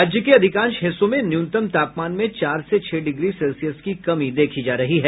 राज्य के अधिकांश हिस्सों में न्यूनतम तापमान में चार से छह डिग्री सेल्सियस की कमी देखी जा रही है